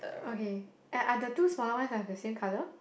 okay and are the two smaller ones are the same colour